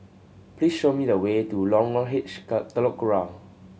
please show me the way to Lorong H Telok Kurau